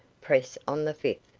press on the fifth,